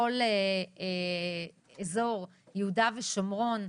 כל אזור יהודה ושומרון,